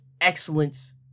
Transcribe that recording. excellence